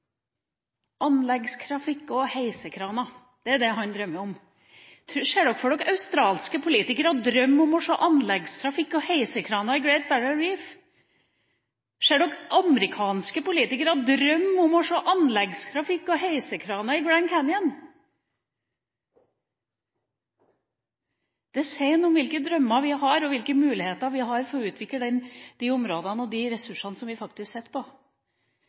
Anleggstrafikk og heisekraner – det er det han drømmer om! Ser dere for dere australske politikere drømme om å se anleggstrafikk og heisekraner i Great Barrier Reef? Ser dere amerikanske politikere drømme om å se anleggstrafikk og heisekraner i Grand Canyon? Det sier noe om hvilke drømmer vi har, og hvilke muligheter vi har i disse områdene for å utvikle disse områdene, og de ressursene som vi sitter på. Det er faktisk